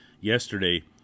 yesterday